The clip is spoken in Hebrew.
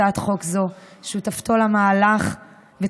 על סיועו בקידום הצעת חוק זו ושותפותו למהלך ודחיפתו,